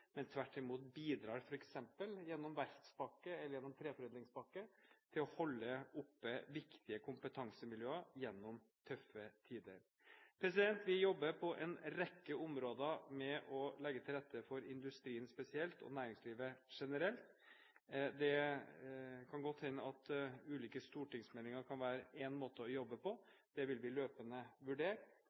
men tvert imot bidrar f.eks. gjennom verftspakke eller treforedlingspakke til å holde oppe viktige kompetansemiljøer gjennom tøffe tider. Vi jobber på en rekke områder med å legge til rette for industrien spesielt og næringslivet generelt. Det kan godt hende at ulike stortingsmeldinger kan være en måte å jobbe på – det vil bli løpende vurdert.